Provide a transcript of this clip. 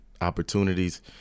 opportunities